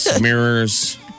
mirrors